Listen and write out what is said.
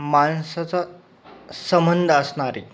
माणसाचा सबंध असणारे